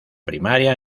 primaria